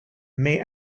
may